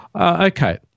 Okay